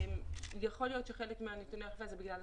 יכול להיות שחלק זה בגלל הסגר.